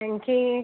त्यांची